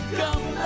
come